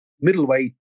middleweight